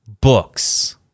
books